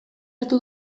hartu